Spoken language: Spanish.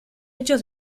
hechos